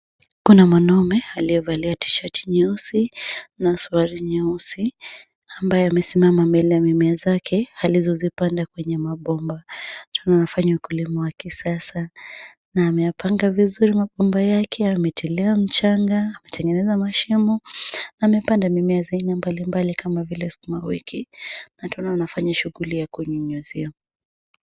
Kuna mwanaume aliyevalia tishati nyeusi na suruali nyeusi ambaye amesimama mbele ya mimea zake alizozipanda kwenye mabomba akiwa anafanya ukulima wa kisasa na ameyapanga vizuri mabomba yake, yametolewa mchanga, ametengeneza mashimo. Amepanda mimea mbalimbali kama vile sukuma wiki na tena anafanya shughuli ya kunyunyuzia.